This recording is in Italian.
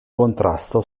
contrasto